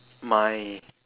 my